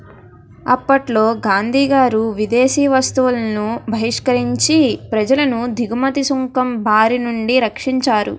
అప్పట్లో గాంధీగారు విదేశీ వస్తువులను బహిష్కరించి ప్రజలను దిగుమతి సుంకం బారినుండి రక్షించారు